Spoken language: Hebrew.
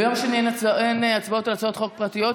ביום שני אין הצבעות על הצעות חוק פרטיות,